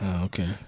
Okay